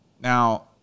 Now